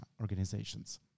organizations